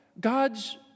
God's